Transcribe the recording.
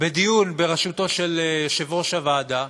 לדיון בראשותו של יושב-ראש הוועדה,